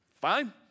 fine